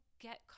get